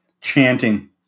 chanting